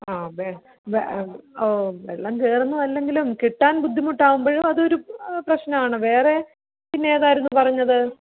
ആ വെ ഓഹ് വെള്ളം കയറുന്ന അല്ലെങ്കിലും കിട്ടാൻ ബുദ്ധിമുട്ടാവുമ്പം അതൊരു പ്രശ്നവാണ് വേറെ പിന്നെ ഏതായിരുന്നു പറഞ്ഞത്